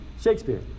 Shakespeare